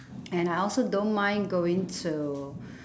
and I also don't mind going to